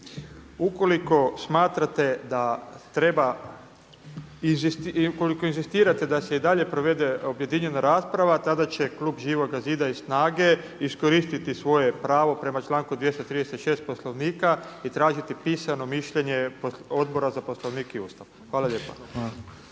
Ukoliko smatrate da treba, ukoliko inzistirate da se i dalje provede objedinjena rasprava tada će klub Živoga zida i SNAGE iskoristiti svoje pravo prema članku 236. Poslovnika i tražiti pisano mišljenje Odbora za Poslovnik i Ustav. Hvala lijepa.